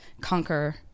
conquer